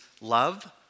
love